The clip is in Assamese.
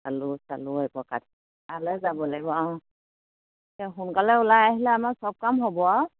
চালো চালোঁ এ তালে যাব লাগিব অঁ সোনকালে ওলাই আহিলে আমাৰ চব কাম হ'ব আৰু